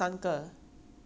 十三个